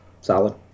Solid